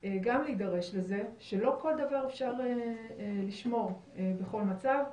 גם נידרש לזה, שלא כל דבר אפשר לשמור בכל מצב.